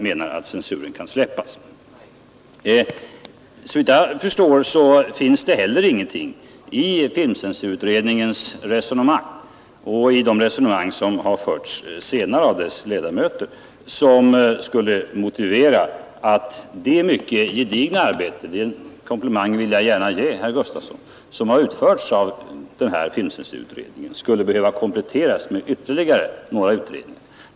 Såvitt jag förstår finns heller ingenting i filmcensurutredningens resonemang och i de resonemang som har förts senare av dess ledamöter som skulle motivera att det mycket gedigna arbete som utförts av filmcensurutredningen som skulle behöva kompletteras med ytterligare utredningar.